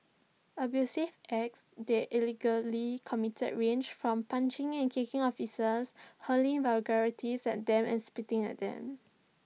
abusive acts they committed range from punching and kicking officers hurling vulgarities at them and spitting at them